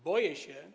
Boję się.